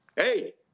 hey